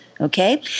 Okay